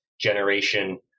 generation